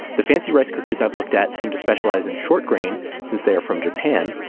the fancy rice cookers i've looked at seem to specialize in short grain since they are from japan.